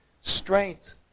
strength